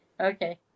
Okay